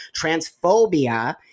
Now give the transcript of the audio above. Transphobia